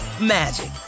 magic